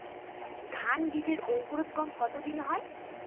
ধান বীজের অঙ্কুরোদগম কত দিনে হয়?